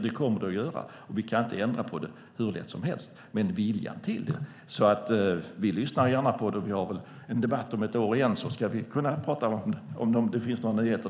Det kommer det att göra, för vi kan inte ändra på det hur lätt som helst. Men viljan finns. Vi lyssnar gärna. Vi har väl en debatt om ett år igen, och då kan vi se om det finns några nyheter.